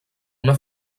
una